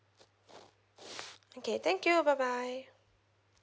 okay thank you bye bye